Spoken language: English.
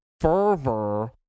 fervor